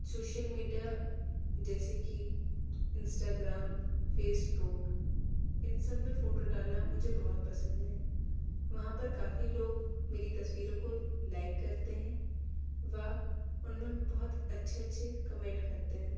social media जैसे कि Instagram Facebook इन सब में फ़ोटो डालना मुझे बहुत पसंद हैं वहाँ पर काफ़ी लोग मेरी तस्वीरों को लाइक करते हैं व उनमें बहुत अच्छे अच्छे कमेंट करते हैं